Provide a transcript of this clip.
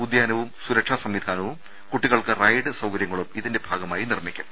ഉദ്യാനവും സുര ക്ഷാസംവിധാനവും കൂട്ടികൾക്ക് റൈഡ് സൌകര്യങ്ങളും ഇതിന്റെ ഭാഗമായി നിർമ്മിക്കും